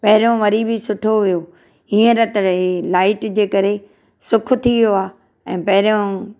पहिरियों वरी बि सुठो हुयो हींअर त लाइट जे करे सुख थी वियो आहे ऐं पहिरियों